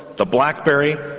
the blackberry.